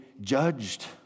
judged